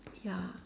ya